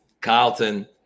Carlton